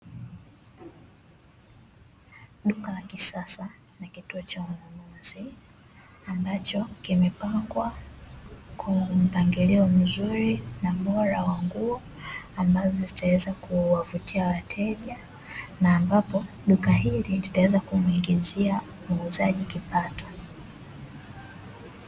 Duka la kisasa na kituo cha ununuzi, ambacho kimepangwa kwa upangilio mzuri na ubora wa nguo, ambao zitaweza kuwavutia wateja. Na ambapo, duka hili litaweza kumuingizia muuzaji kipato.